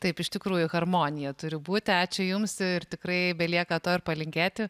taip iš tikrųjų harmonija turi būti ačiū jums ir tikrai belieka to ir palinkėti